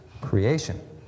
creation